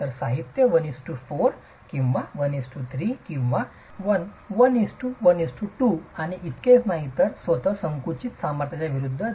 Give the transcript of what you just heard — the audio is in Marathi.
तर साहित्य 1 4 किंवा 1 3 किंवा 1 1 1 2 आणि इतकेच नाही तर स्वतः संकुचित सामर्थ्याच्या विरूद्ध